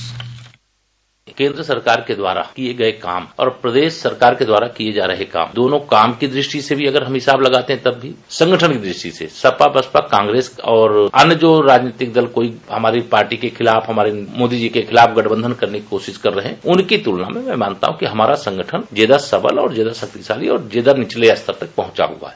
bite केन्द्र सरकार के द्वारा किये गये काम और प्रदेश सरकार के द्वारा काम दोनों काम की द्रष्टि से भी हम हिसाब लागते है तब भी संगठन दृष्टि से सपा बसपा कांग्रेस अन्य जो राजनीतिक दल कोई हमारी पार्टी के खिलाफ हमारे मोदी जी के खिलाफ गठबंधन करने की कोशिश कर रहे है उनकी तुलना में मैं मानता हूं कि हमारा संगठन ज्यादा सबल और ज्यादा शक्तिशाली और ज्यादा निचले स्तर तक पहुंचा हुआ है